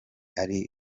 ari